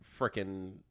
freaking